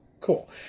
Cool